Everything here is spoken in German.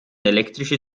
elektrische